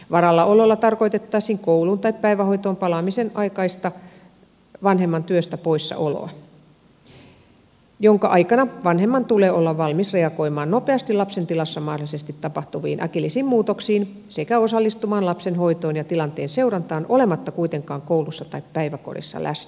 varallaololla tarkoitettaisiin kouluun tai päivähoitoon palaamisen aikaista vanhemman työstä poissaoloa jonka aikana vanhemman tulee olla valmis reagoimaan nopeasti lapsen tilassa mahdollisesti tapahtuviin äkillisiin muutoksiin sekä osallistumaan lapsen hoitoon ja tilanteen seurantaan olematta kuitenkaan koulussa tai päiväkodissa läsnä